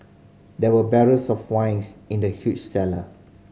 there were barrels of wine in the huge cellar